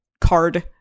card